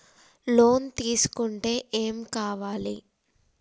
Loan తీసుకుంటే ఏం కావాలి?